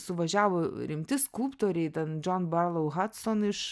suvažiavo rimti skulptoriai ten džon barlau hadson iš